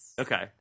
Okay